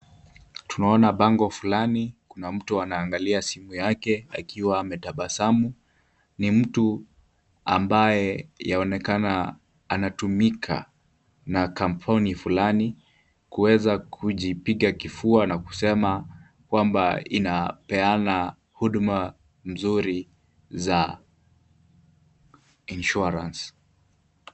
Tunaona bango fulani, kuna mtu anaangalia simu yake akiwa ametabasamu, ni mtu ambaye yaonekana anatumika na kampuni fulani kuweza kujipiga kifua na kusema kwamba inapeana huduma nzuri za insurance .